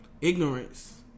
ignorance